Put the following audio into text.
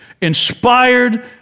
inspired